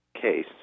case